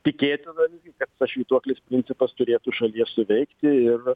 tikėtina kad tas švytuoklės principas turėtų šalyje suveikti ir